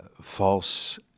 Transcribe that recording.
false